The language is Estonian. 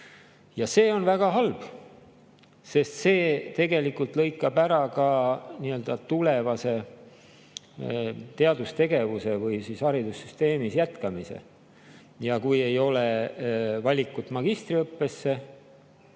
See on väga halb, sest see tegelikult lõikab ära tulevase teadustegevuse või haridussüsteemis jätkamise [võimaluse]. Kui ei ole valikut magistriõppesse